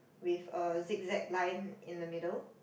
with a zig zag line in the middle